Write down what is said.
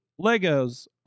Legos